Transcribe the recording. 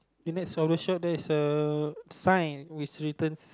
the next of the shop there is a sign which written